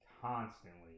constantly